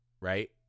Right